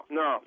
no